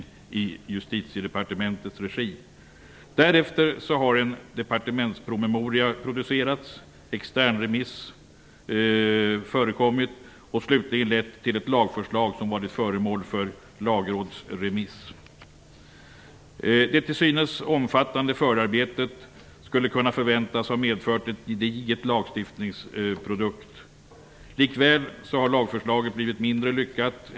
Därefter har en departementspromemoria producerats och externremiss förekommit, vilket slutligen lett till ett lagförslag som varit föremål för lagrådsremiss. Det till synes omfattande förarbetet skulle kunna förväntas ha medfört en gedigen lagstiftningsprodukt. Likväl har förslaget blivit mindre lyckat.